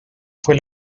fue